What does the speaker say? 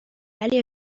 ولی